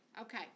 Okay